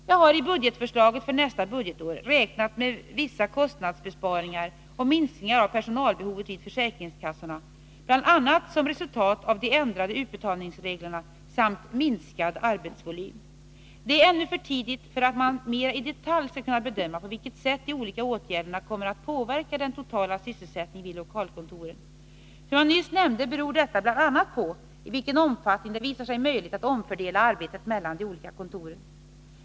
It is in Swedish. Jag har i budgetförslaget för nästa budgetår räknat med vissa kostnadsbesparingar och minskningar av personalbehovet vid försäkringskassorna bl.a. som resultat av de ändrade utbetalningsreglerna samt minskad arbetsvolym. Det är ännu för tidigt för att man mera i detalj skall kunna bedöma på vilket sätt de olika åtgärderna kommer att påverka den totala sysselsättningen vid lokalkontoren. Som jag nyss nämnde beror detta bl.a. på i vilken omfattning det visar sig möjligt att omfördela arbetet mellan olika kontor.